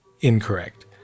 incorrect